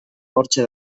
hortxe